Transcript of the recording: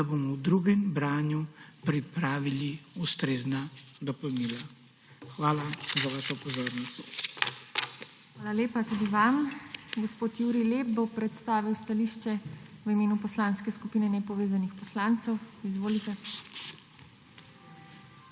da bomo v drugem branju pripravili ustrezna dopolnila. Hvala za vašo pozornost. **PODPREDSEDNICA TINA HEFERLE:** Hvala lepa tudi vam. Gospod Jurij Lep bo predstavil stališče v imenu Poslanske skupine nepovezanih poslancev. Izvolite.